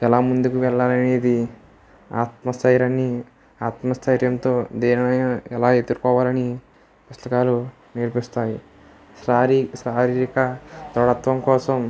ఎలా ముందుకు వెళ్ళాలి అనేది ఆత్మస్థైర్యాన్ని ఆత్మస్థైర్యంతో దేనినైనా ఎలా ఎదుర్కోవాలని పుస్తకాలు నేర్పిస్తాయి శారీ శారీరక దృఢత్వం కోసం